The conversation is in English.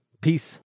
Peace